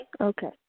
Okay